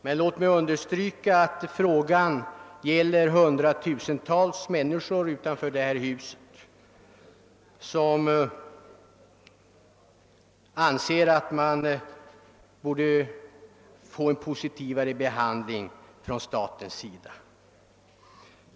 Men låt mig understryka att frågan gäller hundratusentals människor utanför detta hus, vilka anser att de borde få en mera gynnsam behandling från statens sida.